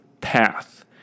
path